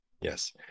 Yes